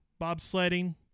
bobsledding